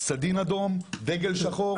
סדין אדום, דגל שחור.